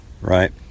right